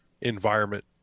environment